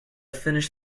finished